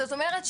זאת אומרת,